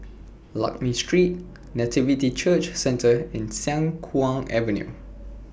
Lakme Street Nativity Church Centre and Siang Kuang Avenue